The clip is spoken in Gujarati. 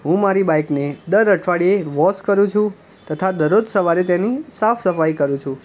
હું મારી બાઇકને દર અઠવાડિયે વોશ કરું છું તથા દરરોજ સવારે તેની સાફ સફાઈ કરું છું